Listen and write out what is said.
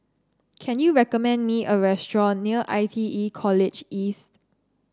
can you recommend me a restaurant near I T E College East